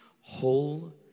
whole